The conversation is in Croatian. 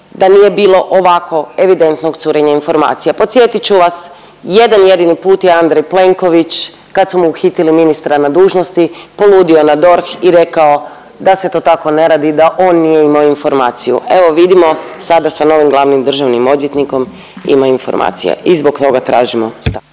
da nije bilo ovako evidentnog curenja informacija. Podsjetit ću vas jedan jedini put je Andrej Plenković kad su mu uhitili ministra na dužnosti poludio na DORH i rekao da se to tako ne radi, da on nije imo informaciju, evo vidimo sada sa novim glavnim državnim odvjetnik ima informacije i zbog toga tražimo stanku.